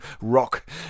rock